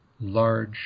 large